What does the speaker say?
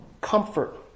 Comfort